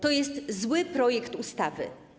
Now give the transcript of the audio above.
To jest zły projekt ustawy.